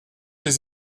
des